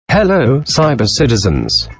hello, cybercitizens.